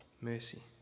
mercy